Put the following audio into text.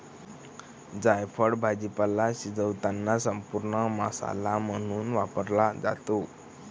जायफळ भाजीपाला शिजवताना संपूर्ण मसाला म्हणून वापरला जातो